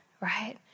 right